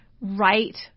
right